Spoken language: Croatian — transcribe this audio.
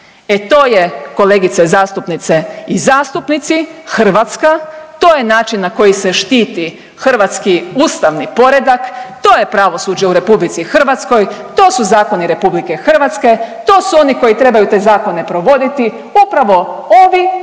E to je kolegice zastupnice i zastupnici Hrvatska, to je način na koji se štiti hrvatski ustavni poredak, to je pravosuđe u Republici Hrvatskoj, to su zakoni Republike Hrvatske, to su oni koji trebaju te zakone provoditi upravo ovi